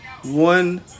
one